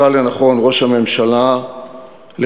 מצא לנכון ראש הממשלה לחזק